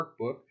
workbook